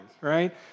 right